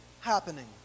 happening